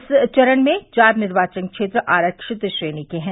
इस चरण में चार निर्वाचन क्षेत्र आरक्षित श्रेणी के हैं